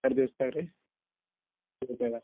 ಎರಡು ದಿವ್ಸ್ದಾಗ ರೀ